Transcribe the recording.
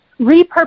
repurpose